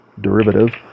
derivative